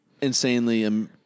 Insanely